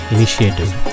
Initiative